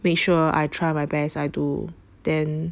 make sure I try my best I do then